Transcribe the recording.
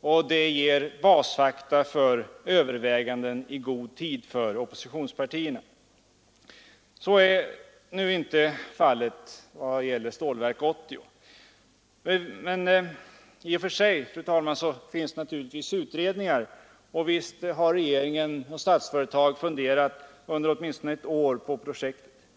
vilket ger basfakta för överväganden i god tid. Så är nu inte fallet vad gäller Stålverk 80. I och för sig, fru talman, finns naturligtvis utredningar, och visst har regeringen och Statsföretag funderat under åtminstone ett år på projektet.